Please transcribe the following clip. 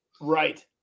Right